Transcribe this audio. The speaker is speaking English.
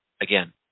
again